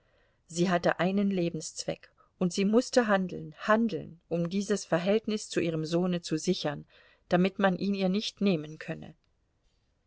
sie hatte einen lebenszweck und sie mußte handeln handeln um dieses verhältnis zu ihrem sohne zu sichern damit man ihn ihr nicht nehmen könne